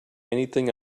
anything